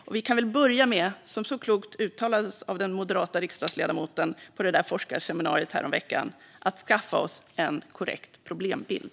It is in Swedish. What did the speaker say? Och vi kan väl börja med, som så klokt uttalades av den moderata riksdagsledamoten på det där forskarseminariet häromveckan, att skaffa oss en korrekt problembild.